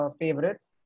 favorites